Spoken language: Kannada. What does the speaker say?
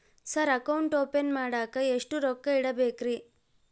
ಸರ್ ಅಕೌಂಟ್ ಓಪನ್ ಮಾಡಾಕ ಎಷ್ಟು ರೊಕ್ಕ ಇಡಬೇಕ್ರಿ?